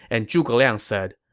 and zhuge liang said,